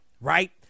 right